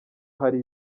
hari